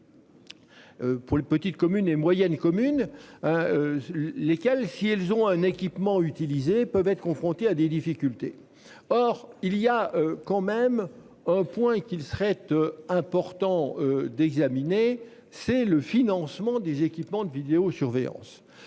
Pour les petites communes et moyennes communes. Lesquelles. Si elles ont un équipement. Peuvent être confrontés à des difficultés. Or il y a quand même un point qu'il serait un important d'examiner, c'est le financement des équipements de vidéo-surveillance